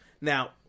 now